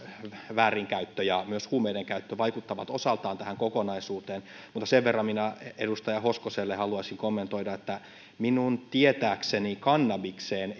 väärinkäyttö ja myös huumeiden käyttö vaikuttavat osaltaan tähän kokonaisuuteen mutta sen verran edustaja hoskoselle haluaisin kommentoida että minun tietääkseni kannabikseen